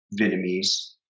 Vietnamese